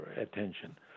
attention